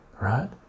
right